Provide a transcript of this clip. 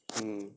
mm